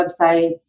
websites